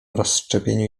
rozszczepieniu